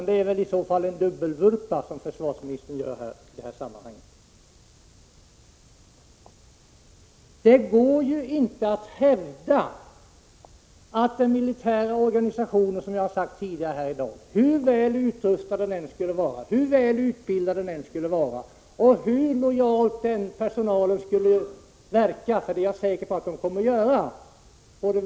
Det är väl en dubbelvurpa som försvarsministern gör i det här sammanhanget. Som jag har sagt tidigare här i dag går det inte att hävda att det är nog med den militära organisationen, hur väl utrustad den än skulle vara och, hur väl utbildad personalen än skulle vara och hur lojalt den än skulle handla. Jag är säker på att både värnpliktiga och befäl i olika grader kommer att handla — Prot.